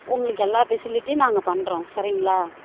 உங்களுக்கு எல்லா ஃபெசிலிட்டியும் நாங்கள் பண்ணுறோம் சரிங்களா